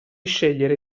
scegliere